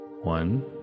One